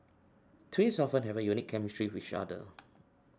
twins often have a unique chemistry with each other